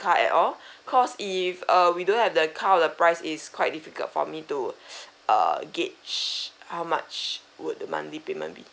car at all cause if err we do have the car the price is quite difficult for me to err gauge how much would the monthly payment be